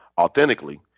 authentically